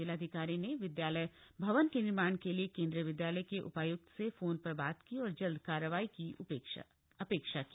जिलाधिकारी ने विद्यालय भवन के निर्माण के लिए केन्द्रीय विदयालय के उपायक्त से फोन पर बात की और जल्द कार्रवाई की अपेक्षा की